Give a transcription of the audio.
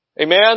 Amen